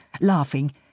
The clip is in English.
laughing